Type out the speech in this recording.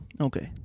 Okay